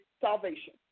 salvation